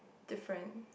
different